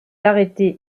arrêter